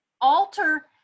alter